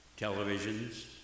televisions